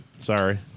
Sorry